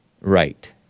Right